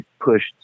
pushed